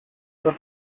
were